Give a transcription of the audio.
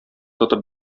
тотып